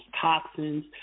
toxins